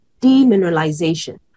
demineralization